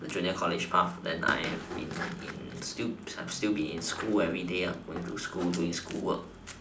the junior college path then I I in in still be in school everyday lah going to school doing school work